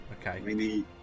okay